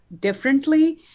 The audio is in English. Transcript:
differently